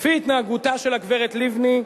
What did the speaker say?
לפי התנהגותה של הגברת לבני,